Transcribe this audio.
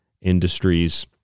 industries